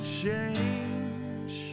change